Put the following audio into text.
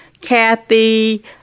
Kathy